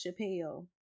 Chappelle